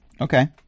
Okay